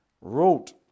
wrote